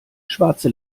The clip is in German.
schwarze